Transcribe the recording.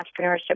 entrepreneurship